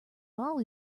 ball